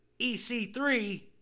EC3